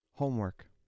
homework